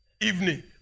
evening